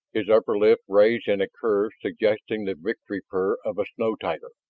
his upper lip raised in a curve suggesting the victory purr of a snow tiger.